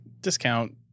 discount